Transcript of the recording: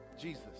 Jesus